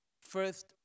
first